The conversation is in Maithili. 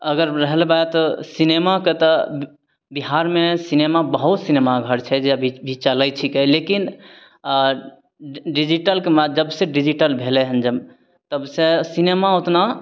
अगर रहल बात सिनेमाके तऽ बिहारमे सिनेमा बहुत सिनेमा घर छै जे अभी भी चलय छीकै लेकिन आओर डिजिटलके माध्यम जबसँ डिजिटल भेलय हँ तबसँ सिनेमा उतना